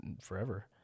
forever